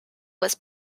was